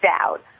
out